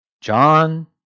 John